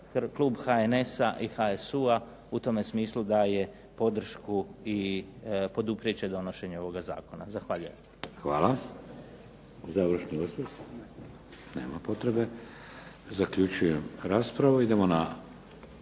Klub HSN-a i HSU-a u tome smislu daje podršku i poduprijet će donošenje ovog Zakona. Zahvaljujem. **Šeks, Vladimir (HDZ)** Hvala. Završni osvrt? Nema potrebe. Zaključujem raspravu. **Bebić,